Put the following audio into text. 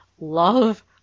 love